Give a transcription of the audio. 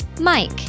mike